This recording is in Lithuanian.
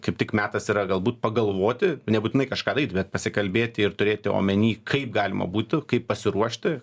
kaip tik metas yra galbūt pagalvoti nebūtinai kažką daryt bet pasikalbėti ir turėti omeny kaip galima būtų kaip pasiruošti